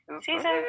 Season